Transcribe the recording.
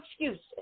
excuses